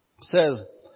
says